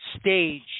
stage